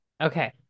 Okay